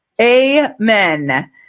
Amen